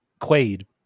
Quaid